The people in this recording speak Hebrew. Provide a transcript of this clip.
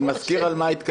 אני מזכיר על מה התכנסנו.